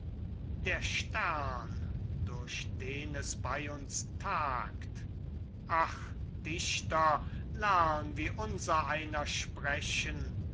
der stern durch den es bei uns tagt ach dichter lern wie unsereiner sprechen